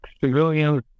civilians